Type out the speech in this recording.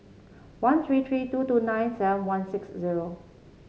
one three three two two nine seven one six zero